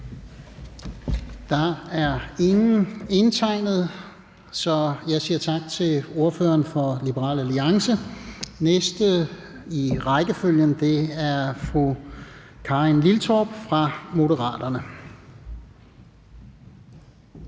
bemærkninger, så jeg siger tak til ordføreren for Liberal Alliance. Den næste i rækkefølgen er fru Karin Liltorp fra Moderaterne.